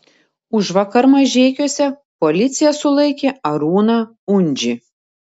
užvakar mažeikiuose policija sulaikė arūną undžį